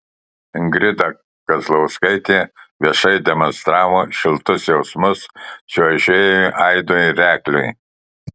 ingrida kazlauskaitė viešai demonstravo šiltus jausmus čiuožėjui aidui rekliui